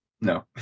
no